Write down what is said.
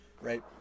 Right